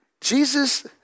Jesus